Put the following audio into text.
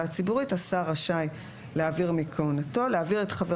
הציבורית (ה)השר רשאי להעביר מכהונתו: (1)להעביר את חבר